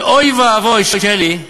ואוי ואבוי, שלי,